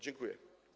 Dziękuję.